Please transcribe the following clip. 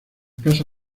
casa